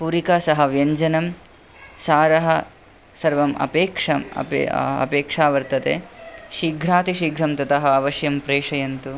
पुरिका सह व्यञ्जनं सारः सर्वम् अपेक्षं अपेक्षा वर्तते शीघ्राति शीघ्रं ततः अवश्यं प्रेशयन्तु